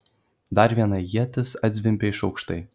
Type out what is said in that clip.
dar viena ietis atzvimbė iš aukštai